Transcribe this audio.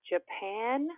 Japan